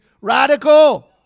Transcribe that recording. radical